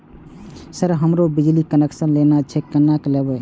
Sir हमरो बिजली connection लेना छे केना लेबे?